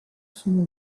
sono